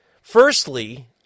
Firstly